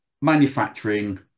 manufacturing